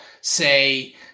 say